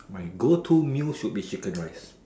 my go to meal should be chicken rice